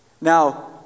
Now